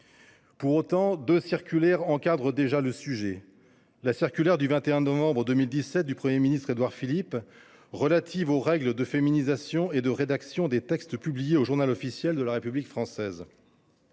Toutefois, deux circulaires encadrent déjà le sujet. L’une, du 21 novembre 2017 du Premier ministre Édouard Philippe, relative aux règles de féminisation et de rédaction des textes publiés au de la République française,